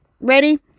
ready